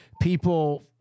People